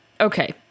okay